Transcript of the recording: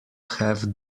have